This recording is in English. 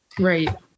Right